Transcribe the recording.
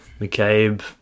McCabe